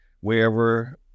wherever